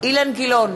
אילן גילאון,